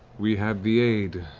we had the aid